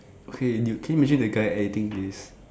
okay dude can you imagine the guy editing this